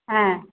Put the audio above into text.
হ্যাঁ